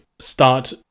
start